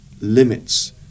limits